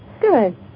good